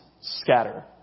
scatter